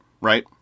right